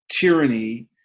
tyranny